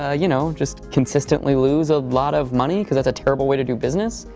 ah you know, just consistently lose a lot of money because that's a terrible way to do business.